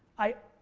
i,